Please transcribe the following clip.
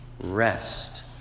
rest